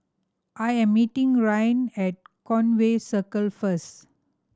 I am meeting Rylan at Conway Circle first